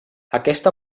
aquesta